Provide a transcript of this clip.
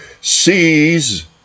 sees